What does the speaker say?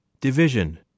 Division